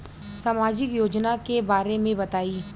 सामाजिक योजना के बारे में बताईं?